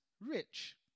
rich